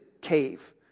cave